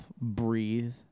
breathe